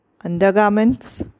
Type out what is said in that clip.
undergarments